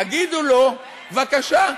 תגידו לו: בבקשה,